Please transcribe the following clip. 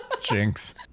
Jinx